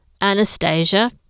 Anastasia